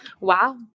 Wow